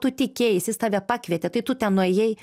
tu tikėjais jis tave pakvietė tai tu ten nuėjai